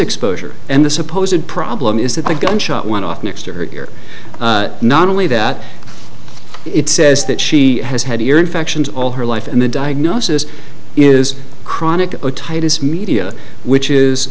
exposure and the supposed problem is that the gunshot went off next to her ear not only that it says that she has had ear infections all her life and the diagnosis is chronic otitis media which is